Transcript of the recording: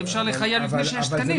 אי אפשר לחייב לפני שיש תקנים.